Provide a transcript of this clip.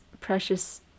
precious